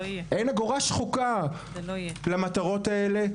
אין אגורה שחוקה למטרות האלה.